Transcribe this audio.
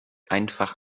einfach